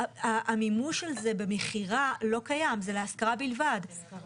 המימוש של זה במכירה לא קיים, זה להשכרה בלבד.